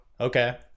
okay